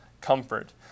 comfort